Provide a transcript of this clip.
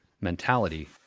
mentality